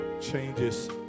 changes